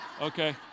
Okay